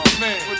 man